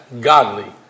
godly